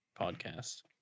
podcast